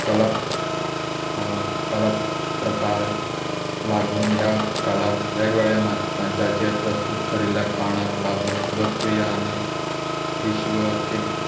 कला कला प्रकार लागून ह्या कला वेगवेगळ्या मंचाचेर प्रस्तूत करिल्या कारणाक लागून लोक प्रिय आनी विश्व केंद्र